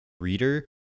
reader